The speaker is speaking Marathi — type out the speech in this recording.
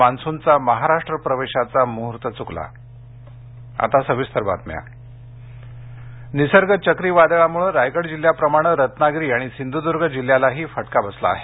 मान्सूनचा महाराष्ट्र प्रवेशाचा मुहूर्त चुकला मदत निसर्ग चक्रीवादळामुळे रायगड जिल्ह्याप्रमाणे रत्नागिरी आणि सिंधुदूर्ग जिल्ह्यालाही फटका बसला आहे